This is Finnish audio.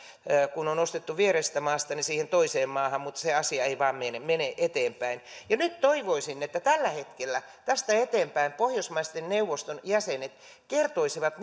kun on ostettu viereisestä maasta siihen toiseen maahan mutta se se asia ei vain mene mene eteenpäin nyt toivoisin että tällä hetkellä tästä eteenpäin pohjoismaiden neuvoston jäsenet kertoisivat